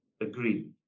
agree